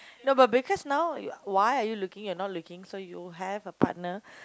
no but because now you why are you looking you are not looking so you have a partner